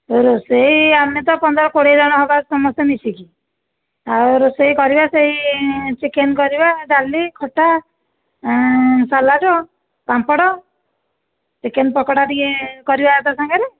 ରୋଷେଇ ଆମେ ତ ପନ୍ଦର କୋଡ଼ିଏ ଜଣ ହେବା ସମସ୍ତେ ମିଶିକି ଆଉ ରୋଷେଇ କରିବା ସେଇ ଚିକେନ୍ କରିବା ଡାଲି ଖଟା ସାଲାଟ ପାମ୍ପଡ଼ ଚିକେନ୍ ପକୋଡ଼ା ଟିକିଏ କରିବା ତା ସାଙ୍ଗରେ